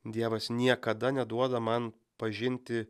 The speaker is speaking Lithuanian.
dievas niekada neduoda man pažinti